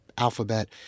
Alphabet